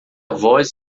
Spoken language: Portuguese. voz